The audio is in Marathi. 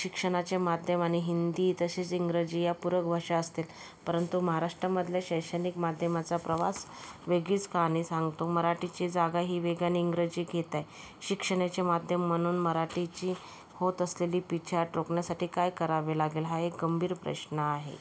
शिक्षणाचे माध्यम आणि हिंदी तसेच इंग्रजी या पूरक भाषा असतील परंतु महाराष्ट्रामधल्या शैक्षणिक माध्यमाचा प्रवास वेगळीच कहाणी सांगतो मराठीची जागा ही वेगाने इंग्रजी घेत आहे शिक्षणाचे माध्यम म्हणून मराठीची होत असलेली पीछेहाट रोखण्यासाठी काय करावे लागेल हा एक गंभीर प्रश्न आहे